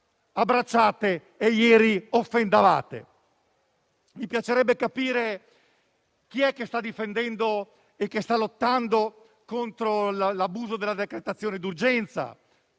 abbracciate e ieri offendevate. Mi piacerebbe capire chi è che sta lottando contro l'abuso della decretazione d'urgenza,